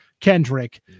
Kendrick